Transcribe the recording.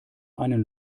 einen